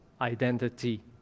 identity